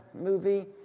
movie